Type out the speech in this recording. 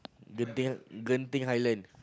Genting Genting Highland